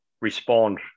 respond